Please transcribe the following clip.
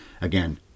again